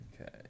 Okay